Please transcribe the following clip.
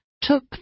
took